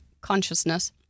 consciousness